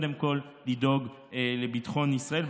קודם כול לדאוג לביטחון ישראל,